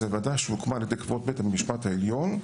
זו ועדה שהוקמה על ידי כבוד בית המשפט העליון.